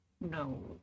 No